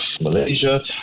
Malaysia